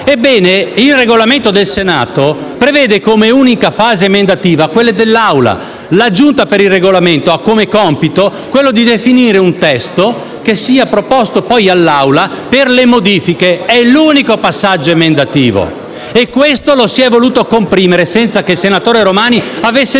Ebbene, il Regolamento del Senato prevede come unica fase emendativa quella dell'Aula. La Giunta per il Regolamento ha come compito quello di definire un testo che sia proposto poi all'Assemblea per le modifiche. È l'unico passaggio emendativo e questo lo si è voluto comprimere, senza che il senatore Paolo Romani avesse nulla